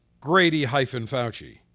Grady-Fauci